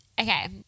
Okay